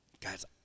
guys